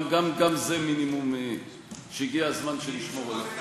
גם זה מינימום שהגיע הזמן שנשמור עליו.